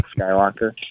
Skywalker